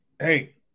Hey